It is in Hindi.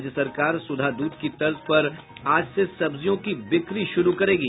राज्य सरकार सुधा दूध की तर्ज पर आज से सब्जियों की बिक्री शुरू करेगी